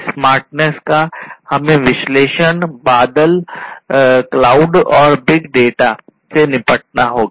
smart grid से निपटना होगा